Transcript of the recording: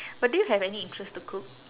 but do you have any interest to cook